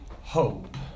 hope